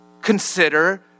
Consider